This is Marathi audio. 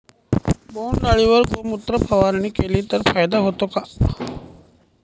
बोंडअळीवर गोमूत्र फवारणी केली तर फायदा होतो का?